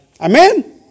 Amen